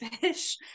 fish